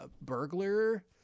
Burglar